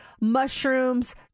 mushrooms